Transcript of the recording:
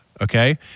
okay